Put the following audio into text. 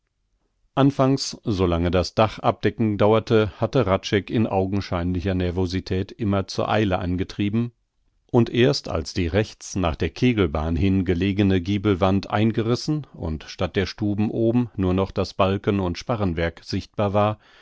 anfangs so lange das dach abdecken dauerte hatte hradscheck in augenscheinlicher nervosität immer zur eile angetrieben und erst als die rechts nach der kegelbahn hin gelegene giebelwand eingerissen und statt der stuben oben nur noch das balken und sparrenwerk sichtbar war